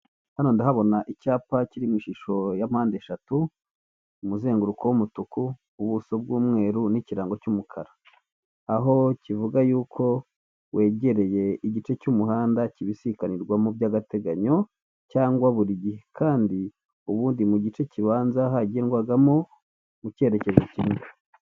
Hano ndahabona icyapa kiri mu ishusho ya mpandeshatu umuzenguruko w'umutuku, ubuso bw'umweru ni'ikirango cy'umukara aho kivuga yuko wegereye igice cy'umuhanda kibisikanirwamo by'agateganyo cyangwa burigihe kandi ubundi mu gice kibanza hagendwagamo mu cyerekezo kimwe.